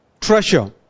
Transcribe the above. treasure